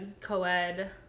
co-ed